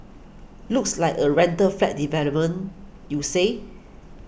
looks like a rental flat development you say